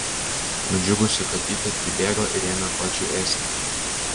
nudžiugusi katytė pribėgo ir ėmė godžiai ėsti